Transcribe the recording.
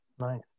Nice